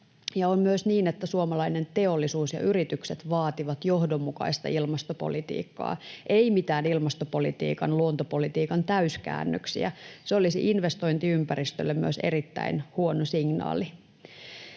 On myös niin, että suomalainen teollisuus ja yritykset vaativat johdonmukaista ilmastopolitiikkaa, ei mitään ilmastopolitiikan ja luontopolitiikan täyskäännöksiä. Se olisi investointiympäristölle myös erittäin huono signaali.